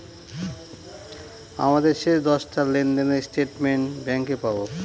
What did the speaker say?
আমাদের শেষ দশটা লেনদেনের স্টেটমেন্ট ব্যাঙ্কে পাবো